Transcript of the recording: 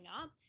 up